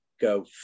go